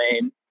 name